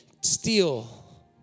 steal